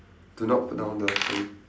do not put down the phone